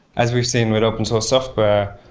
as we've seen with open source software,